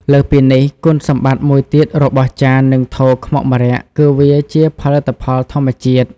លើសពីនេះ គុណសម្បត្តិមួយទៀតរបស់ ចាន និងថូខ្មុកម្រ័ក្សណ៍គឺវា ជាផលិតផលធម្មជាតិ។